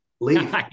leave